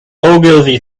ogilvy